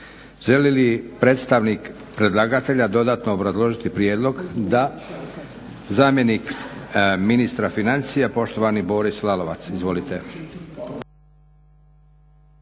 Želi li predstavnik predlagatelja dodatno obrazložiti prijedlog? Da. Zamjenik ministra financija poštovani Boris Lalovac. Izvolite.